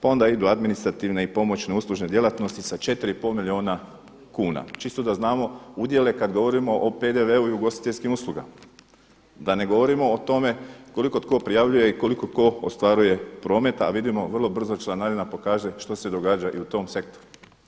Pa onda idu administrativne i pomoćne uslužene djelatnosti sa 4,5 milijuna kuna čisto da znamo udjele kad govorimo o PDV-u i ugostiteljskim uslugama da ne govorimo o tome koliko tko prijavljuje i koliko tko ostvaruje prometa a vidimo vrlo brzo članarina pokazuje što se događa i u tom sektoru.